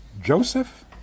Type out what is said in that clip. Joseph